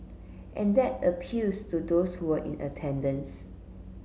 and that appeals to those who were in attendance